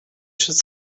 should